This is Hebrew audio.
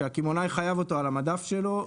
שהקמעונאי חייב אותו על המדף שלו,